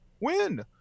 Win